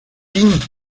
lignes